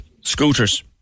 Scooters